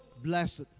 blessed